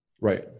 Right